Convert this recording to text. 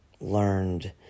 learned